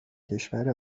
کشور